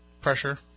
pressure